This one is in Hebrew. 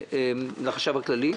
לחשב הכללי,